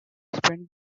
spent